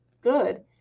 good